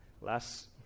last